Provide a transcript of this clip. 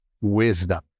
wisdom